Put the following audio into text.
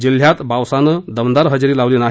जिल्ह्यात पावसानं दमदार हजेरी लावली नाही